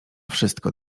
wszystko